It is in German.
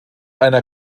einer